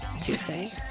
Tuesday